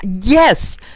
yes